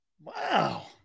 Wow